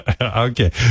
Okay